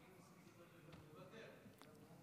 מוותר.